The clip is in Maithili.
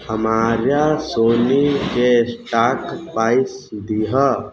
हमारा सोनीके स्टॉक प्राइस दीहऽ